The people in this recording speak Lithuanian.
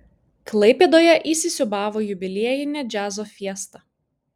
klaipėdoje įsisiūbavo jubiliejinė džiazo fiesta